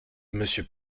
monsieur